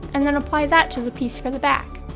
and then apply that to the piece for the back.